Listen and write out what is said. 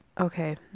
Okay